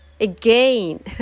again